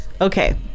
Okay